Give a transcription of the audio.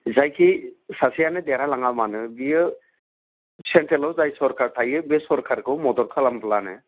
जायखि सासेयानो देरहालाङा मानो बियो सेन्ट्रेलाव जाय सरकार थायो बे सरकारखौ मदद खालामब्लानो